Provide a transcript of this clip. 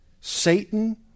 Satan